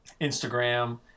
instagram